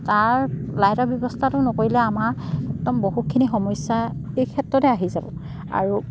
তাৰ লাইটৰ ব্যৱস্থাটো নকৰিলে আমাৰ একদম বহুতখিনি সমস্যা এই ক্ষেত্ৰতে আহি যাব আৰু